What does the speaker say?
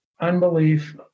unbelief